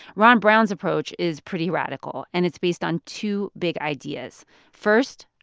ron brown's approach is pretty radical, and it's based on two big ideas first,